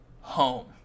home